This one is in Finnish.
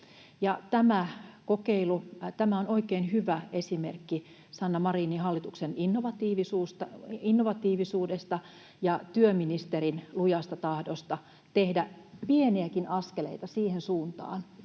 on oikein hyvä esimerkki Sanna Marinin hallituksen innovatiivisuudesta ja työministerin lujasta tahdosta tehdä pieniäkin askeleita siihen suuntaan,